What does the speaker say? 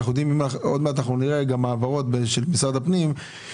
גם במגזר החרדי ואני מאמין שג'ידא תרצה לדעת - היא גם מבינה יותר